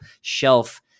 shelf